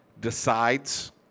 decides